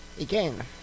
again